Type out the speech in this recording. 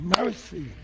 mercy